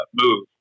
move